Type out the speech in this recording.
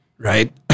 Right